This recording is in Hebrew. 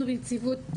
אנחנו בנציבות,